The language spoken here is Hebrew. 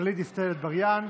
גלית דיסטל אטבריאן.